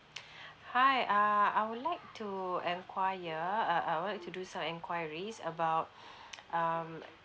hi err I would like to enquire uh uh I would like to do some enquiries about um